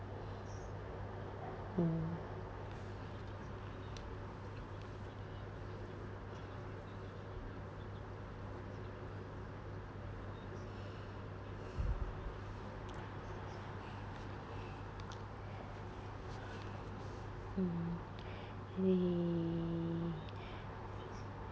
mm mm eh